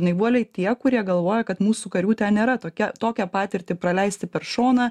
naivuoliai tie kurie galvoja kad mūsų karių ten nėra tokia tokią patirtį praleisti per šoną